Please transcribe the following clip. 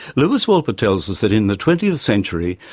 lewis wolpert tells us that in the twentieth century,